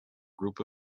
group